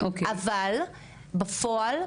אבל בפועל,